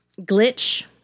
glitch